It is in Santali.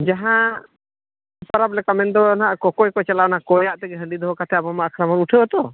ᱡᱟᱦᱟᱸ ᱯᱟᱨᱟᱵᱽ ᱞᱮᱠᱟ ᱢᱮᱱᱫᱚ ᱱᱟᱜ ᱠᱚᱠᱚᱭ ᱠᱚ ᱪᱟᱞᱟᱜᱼᱟ ᱚᱱᱟ ᱠᱚᱭᱟᱜ ᱛᱮᱜᱮ ᱦᱟᱺᱰᱤ ᱫᱚᱦᱚ ᱠᱟᱛᱮ ᱟᱵᱚᱢᱟᱢᱟ ᱟᱠᱷᱲᱟ ᱵᱚ ᱩᱴᱷᱟᱹᱜᱼᱟ ᱛᱚ